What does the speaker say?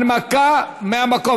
הנמקה מהמקום.